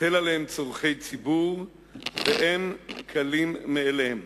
הטל עליהם צורכי ציבור והם כלים מאליהם.